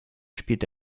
spielt